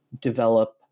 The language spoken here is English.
develop